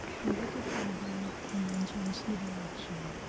pivot your fabric and then change the direction